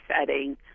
setting